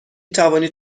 توانید